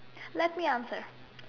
let me answer